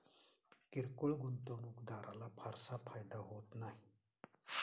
किरकोळ गुंतवणूकदाराला फारसा फायदा होत नाही